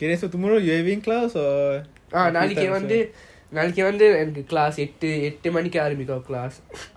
நாளைக்கி வந்து நாளைக்கி வந்து என்னக்கு:nalaiki vanthu nalaiki vanthu ennaku class எட்டு எட்டு மணிகி ஆரம்பிக்கும்:ettu ettu maniki arambikum class